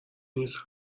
نیست